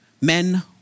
men